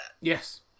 Yes